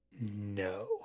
No